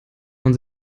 man